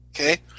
Okay